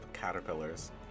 caterpillars